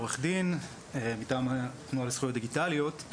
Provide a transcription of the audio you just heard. עורך דין מטעם התנועה לזכויות דיגיטליות.